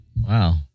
Wow